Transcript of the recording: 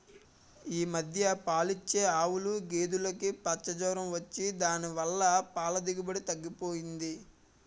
ఈ మధ్య పాలిచ్చే ఆవులు, గేదులుకి పచ్చ జొరం వచ్చి దాని వల్ల పాల దిగుబడి తగ్గిపోయింది